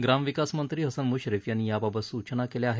ग्रामविकास मंत्री हसन म्श्रीफ यांनी याबाबत सूचना केल्या आहेत